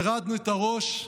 הורדנו את הראש.